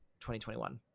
2021